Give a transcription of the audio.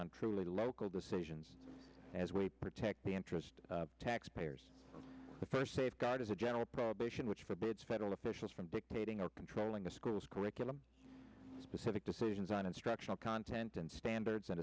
on truly local decisions as we protect the interest of taxpayers the first safeguard is a general probation which forbids federal officials from dictating or controlling the school's curriculum specific decisions on instructional content and standards